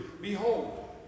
Behold